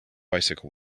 bicycle